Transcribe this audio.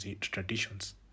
traditions